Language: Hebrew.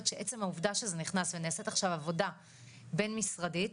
שעצם העובדה שזה נכנס ונעשית עכשיו עבודה בין משרדית,